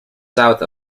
south